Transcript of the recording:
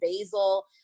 basil